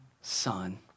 son